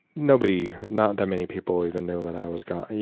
nobody, not that many people even knew that i was gone.